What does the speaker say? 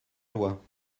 loi